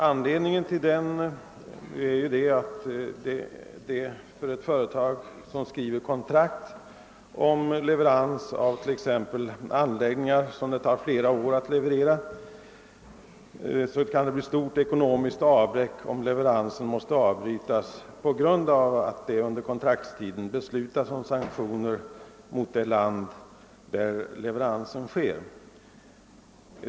Anledningen till den är att det för ett företag, som skriver kontrakt t.ex. om leverans av anläggningar som det tar flera år att leverera, kan bli ett stort ekonomiskt avbräck, om leveransen måste avbrytas på grund av att det under kontraktstiden beslutas om sanktioner mot det land: som skulle motta leveransen.